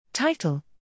Title